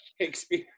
Shakespeare